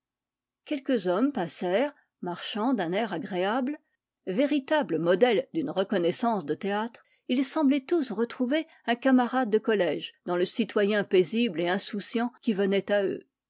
quelques hommes passèrent marchant d'un air agréable véritables modèles d'une reconnaissance de théâtre ils semblaient tous retrouver un camarade de collège dans le citoyen paisible et insouciant qui venait à eux